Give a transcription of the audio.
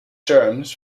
terms